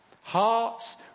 Hearts